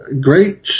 great